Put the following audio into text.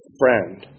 friend